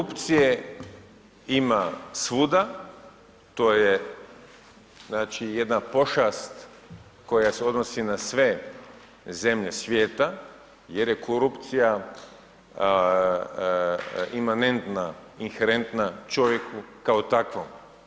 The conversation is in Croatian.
Korupcije ima svuda, to je znači jedna pošast koja se odnosi na sve zemlje svijeta jer je korupcija imanentna, inherentna čovjeku kao takvom.